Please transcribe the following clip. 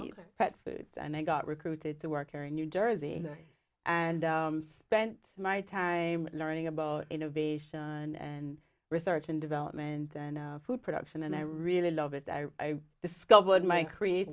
for pet food and i got recruited to work here in new jersey and spent my time learning about innovation and research and development and food production and i really love it i discovered my creat